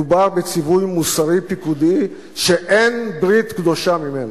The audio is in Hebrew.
מדובר בציווי מוסרי פיקודי שאין ברית קדושה ממנו.